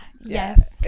Yes